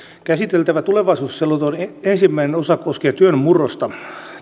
käsiteltävän tulevaisuusselonteon ensimmäinen osa koskee työn murrosta